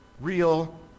real